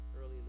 early